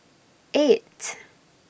eight